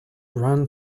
run